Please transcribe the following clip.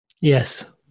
Yes